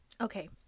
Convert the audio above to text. Okay